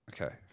Okay